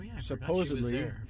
supposedly